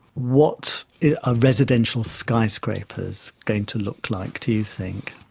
what are residential skyscrapers going to look like do you think?